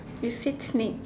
you said to me